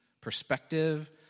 perspective